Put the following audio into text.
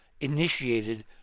initiated